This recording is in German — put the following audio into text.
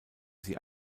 sie